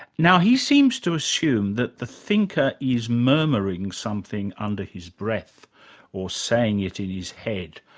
now, he seems to assume that the thinker is murmuring something under his breath or saying it in his head,